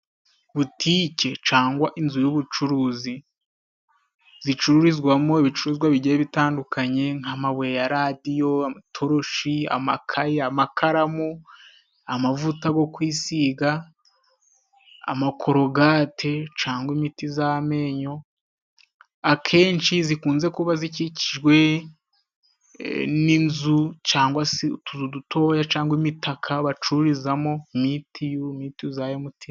Butike cyangwa inzu y'ubucuruzi, icururizwamo ibicuruzwa bigiye bitandukanye. Nk'amabuye ya radiyo, a amatoroshi, amakayi, amakaramu, amavuta go kwisiga, amakorogate cyangwa imiti y'amenyo. Akenshi zikunze kuba zikikijwe n'inzu cyangwa se utuzu dutoya cyangwa imitaka bacururizamo mitiyu ya MTN.